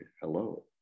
hello